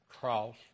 cross